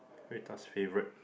Hui-Da's favourite